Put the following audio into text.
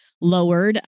lowered